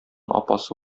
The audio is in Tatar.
апасы